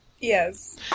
Yes